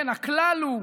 כן, הכלל הוא: